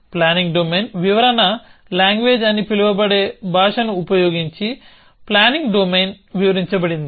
planning domain వివరణ language అని పిలవబడే భాషను ఉపయోగించి ప్లానింగ్ డొమైన్ వివరించబడింది